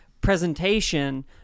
presentation